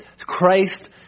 christ